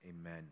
Amen